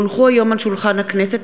כי הונחו היום על שולחן הכנסת,